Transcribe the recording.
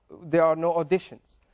there are no auditions.